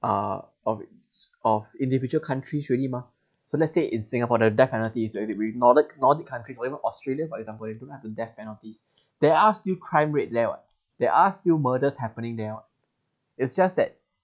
uh of i~ of individual countries already mah so let's say in singapore the death penalty is to exist with nordic nordic countries even australia for example they don't have the death penalties there are still crime rate there [what] there are still murders happening there [what] it's just that